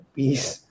peace